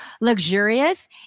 luxurious